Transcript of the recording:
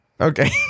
Okay